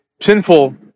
sinful